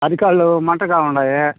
అరికాళ్ళు మంటగా ఉన్నాయి